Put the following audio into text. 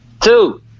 Two